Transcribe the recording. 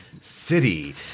city